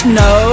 no